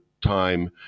time